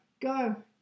go